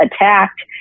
attacked